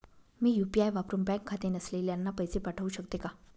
मी UPI वापरुन bank खाते नसलेल्यांना पैसे पाठवू शकते का?